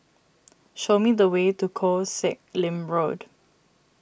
show me the way to Koh Sek Lim Road